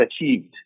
achieved